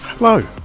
Hello